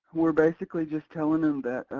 we're basically just telling em that